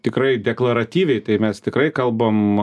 tikrai deklaratyviai tai mes tikrai kalbam